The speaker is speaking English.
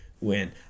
win